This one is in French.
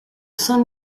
saint